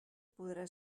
podrà